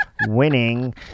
Winning